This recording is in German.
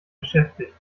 beschäftigt